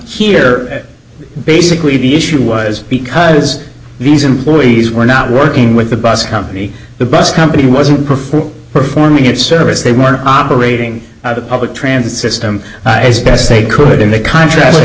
here basically the issue was because these employees were not working with the bus company the bus company wasn't performing performing its service they were operating out of public transit system as best they could in the contract